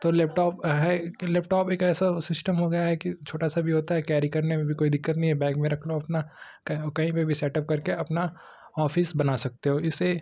तो लेपटॉप है कि लेपटॉप एक ऐसा सिश्टम हो गया है कि छोटा सा भी होता है कैरी करने में भी कोई दिक्कत नही है बैग में रख लो अपना कहीं पर भी सेटअप करके अपना ऑफ़िस बना सकते हो इसे